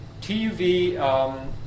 TUV